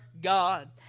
God